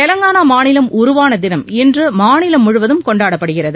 தெலுங்கானா மாநிலம் உருவான தினம் இன்று மாநிலம் முழுவதும் கொண்டாடப்படுகிறது